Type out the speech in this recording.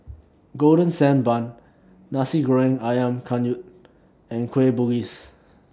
Golden Sand Bun Nasi Goreng Ayam Kunyit and Kueh Bugis